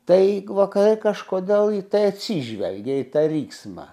tai vakarai kažkodėl į tai atsižvelgia į tą riksmą